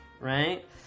Right